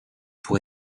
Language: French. pour